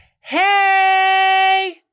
Hey